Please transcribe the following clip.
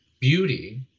beauty